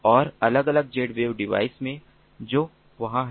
और अलग अलग Zwave डिवाइस हैं जो वहां हैं